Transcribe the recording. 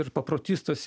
ir paprotys tas